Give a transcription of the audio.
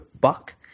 buck